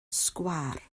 sgwâr